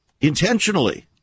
Intentionally